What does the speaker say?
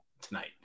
tonight